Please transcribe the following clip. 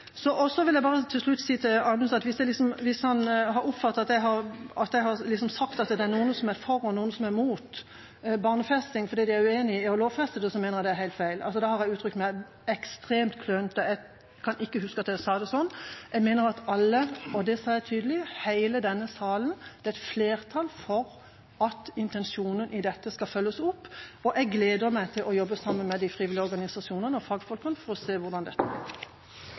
Så vil jeg bare til slutt si til Anundsen at hvis han har oppfattet at jeg har sagt at det er noen som er for barneansvarlig, og noen som er imot fordi de er uenig i å lovfeste det, er det helt feil. Da har jeg uttrykt meg ekstremt klønete. Jeg kan ikke huske at jeg sa det slik. Jeg mener at i denne salen – og det sa jeg tydelig – er det flertall for at intensjonen i dette skal følges opp, og jeg gleder meg til å jobbe sammen med de frivillige organisasjonene og fagfolkene for å se hvordan dette blir.